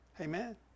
Amen